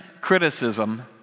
criticism